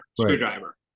screwdriver